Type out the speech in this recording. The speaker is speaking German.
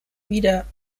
wieder